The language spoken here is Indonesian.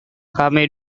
kami